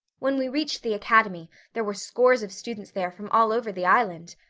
when we reached the academy there were scores of students there from all over the island.